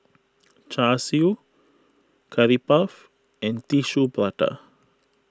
Char Siu Curry Puff and Tissue Prata